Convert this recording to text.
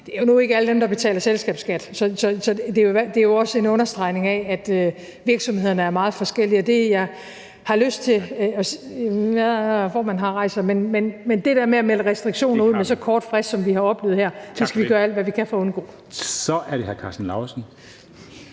det er nu ikke alle dem, der betaler selskabsskat. Så det er også en understregning af, at virksomhederne er meget forskellige. Nu har formanden rejst sig. Men det der med at melde restriktioner ud med så kort frist, som vi har oplevet det her, skal vi gøre alt, hvad vi kan, for at undgå. Kl. 23:15 Formanden